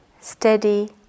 Steady